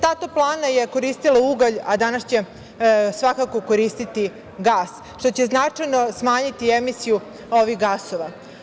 Ta toplana je koristila ugalj, a danas će svakako koristiti gas, što će značajno smanjiti emisiju ovih gasova.